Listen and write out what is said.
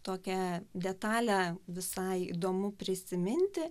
tokią detalę visai įdomu prisiminti